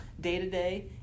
day-to-day